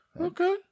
Okay